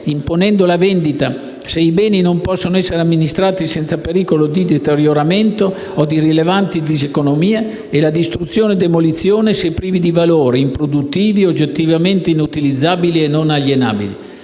imponendo la vendita se i beni non possono essere amministrati senza pericolo di deterioramento o di rilevanti diseconomie e la distruzione o demolizione se privi di valore, improduttivi, oggettivamente inutilizzabili e non alienabili.